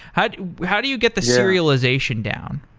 how do how do you get the serialization down?